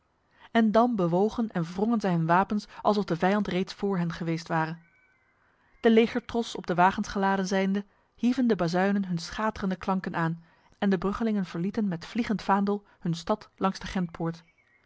en dan bewogen en wrongen zij hun wapens alsof de vijand reeds voor hen geweest ware de legertros op de wagens geladen zijnde hieven de bazuinen hun schaterende klanken aan en de bruggelingen verlieten met vliegend vaandel hun stad langs de